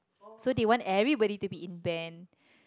so they want everybody to be in band